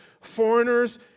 foreigners